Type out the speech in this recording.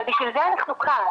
אבל בשביל זה אנחנו כאן,